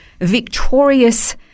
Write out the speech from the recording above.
victorious